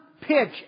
pitch